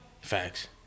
Facts